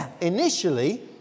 initially